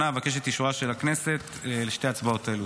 אבקש את אישורה של הכנסת לשתי הצעות אלו.